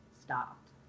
stopped